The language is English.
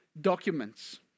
documents